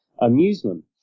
amusement